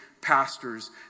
pastors